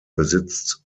besitzt